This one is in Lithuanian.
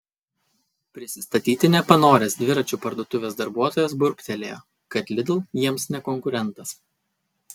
prisistatyti nepanoręs dviračių parduotuvės darbuotojas burbtelėjo kad lidl jiems ne konkurentas